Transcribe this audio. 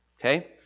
okay